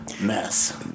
mess